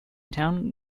town